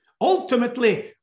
Ultimately